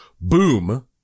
boom